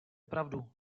pravdu